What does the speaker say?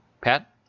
Pat